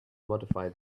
modify